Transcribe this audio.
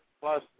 plus